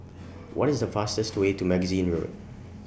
What IS The fastest Way to Magazine Road